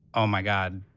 oh my god,